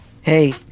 Hey